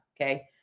Okay